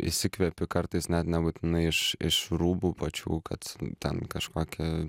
įsikvepiu kartais net nebūtinai iš iš rūbų pačių kad ten kažkokia